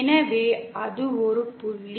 எனவே அது ஒரு புள்ளி